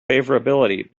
favorability